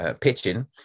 pitching